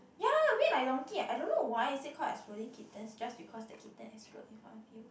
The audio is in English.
ya a bit like donkey I don't know why is it called exploding kitten just because the kitten explode in front of you